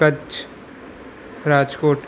Kutch Rajkot